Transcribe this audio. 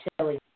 chili